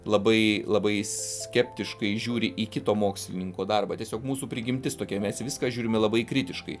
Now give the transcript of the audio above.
labai labai skeptiškai žiūri į kito mokslininko darbą tiesiog mūsų prigimtis tokia mes į viską žiūrime labai kritiškai